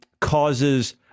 causes